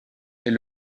est